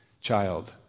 child